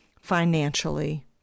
financially